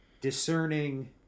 discerning